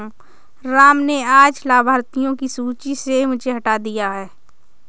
राम ने आज लाभार्थियों की सूची से मुझे हटा दिया है